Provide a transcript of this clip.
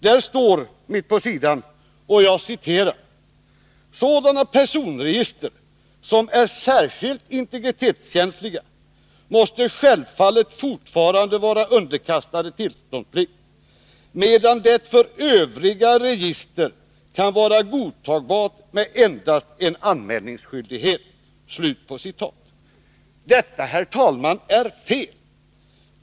Där står mitt på sidan: ”Sådana personregister som är särskilt integritetskänsliga måste självfallet fortfarande vara underkastade tillståndsplikt, medan det för övriga register kan vara godtagbart med endast en anmälningsskyldighet.” Detta, herr talman, är fel.